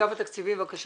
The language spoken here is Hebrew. אגף התקציבים, בבקשה,